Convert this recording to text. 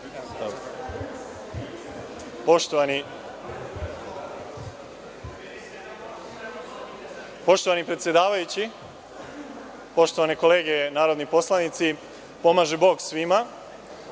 Poštovani predsedavajući, poštovane kolege narodni poslanici, pomaže Bog svima. Želeo